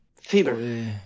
fever